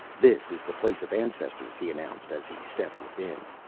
this is the place of ancestors, he announced as he stepped within.